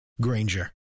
Granger